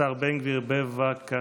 השר בן גביר, בבקשה.